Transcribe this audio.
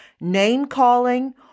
name-calling